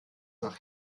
nach